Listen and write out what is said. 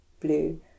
blue